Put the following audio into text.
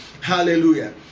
Hallelujah